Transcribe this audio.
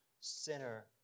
sinner